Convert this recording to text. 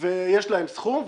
ויש להם סכום,